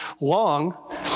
long